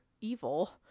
evil